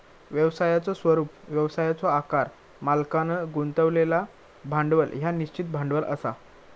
व्यवसायाचो स्वरूप, व्यवसायाचो आकार, मालकांन गुंतवलेला भांडवल ह्या निश्चित भांडवल असा